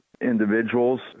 individuals